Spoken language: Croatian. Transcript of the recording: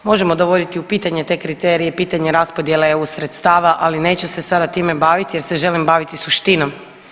Možemo dovoditi u pitanje te kriterije, pitanje raspodjele EU sredstava ali neću se sada time baviti jer se želim baviti suštinom.